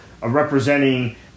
representing